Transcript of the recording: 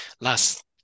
last